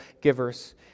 givers